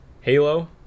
halo